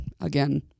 again